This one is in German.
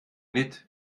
mit